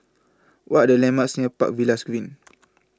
What Are The landmarks near Park Villas Green